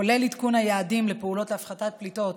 כולל עדכון היעדים לפעולות להפחתת פליטות